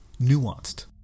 nuanced